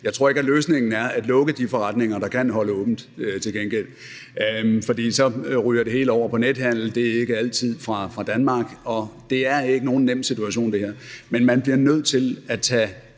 gengæld ikke, at løsningen er at lukke de forretninger, der kan holde åbent, for så ryger det hele over på nethandel, og det er ikke altid fra Danmark. Så det her er ikke nogen nem situation. Men man bliver nødt til at tage